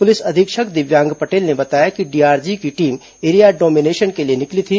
police अधीक्षक दिव्यांग पटेल ने बताया कि डीआरजी की टीम एरिया डोमिनेशन के लिए निकली थी